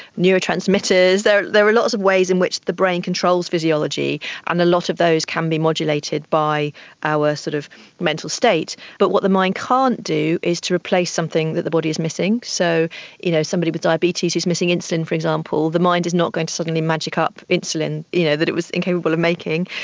neurotransmitters, there there are lots of ways in which the brain controls physiology and a lot of those can be modulated by our sort of mental state. but what the mind can't do is to replace something that the body is missing. so you know somebody with diabetes who is missing insulin, for example, the mind is not going to suddenly magic up insulin you know that it was incapable of making,